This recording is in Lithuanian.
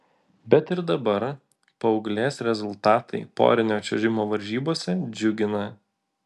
bet ir dabar paauglės rezultatai porinio čiuožimo varžybose džiugina